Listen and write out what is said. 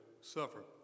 suffer